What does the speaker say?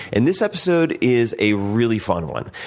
and this episode is a really fun one.